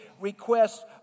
requests